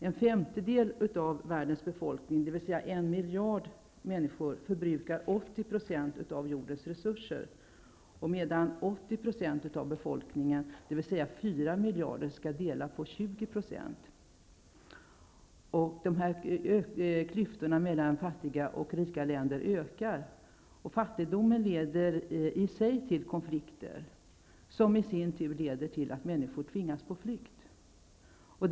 En femtedel av världens befolkning, dvs. 1 miljard människor, förbrukar 80 % av jordens resurser, medan 80 % av befolkningen, dvs. 4 miljarder människor, skall dela på 20 %. De här klyftorna mellan fattiga och rika länder ökar. Fattigdomen i sig leder till konflikter, vilka i sin tur leder till att människor tvingas på flykt.